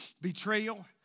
betrayal